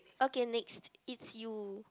okay next it's you